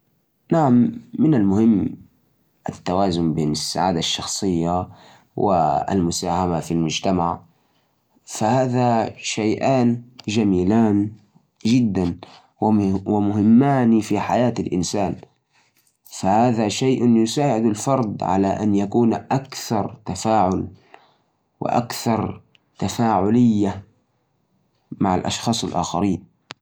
هذا يعتمد على الشخص، بس كلاهما مهم. السعادة الشخصية تعطيك طاقه وحيوية، وتخليك لتساعد الآخرين بشكل أفضل. بينما المساهمه في المجتمع تعطيك إحساس بالإنتماء وتحقق هدف أكبر في الحياة. الأفضل توازن بين الأثنين، لأنهم يكملون بعض.